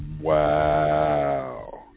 Wow